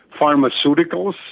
pharmaceuticals